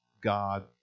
God